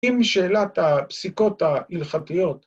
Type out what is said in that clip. ‫עם שאלת הפסיקות ההלכתיות.